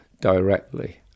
directly